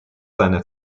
seine